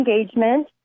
engagement